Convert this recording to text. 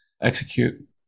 execute